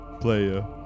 player